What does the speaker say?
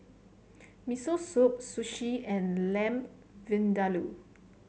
Miso Soup Sushi and Lamb Vindaloo